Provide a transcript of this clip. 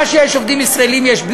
עובדים ישראלים שישנם,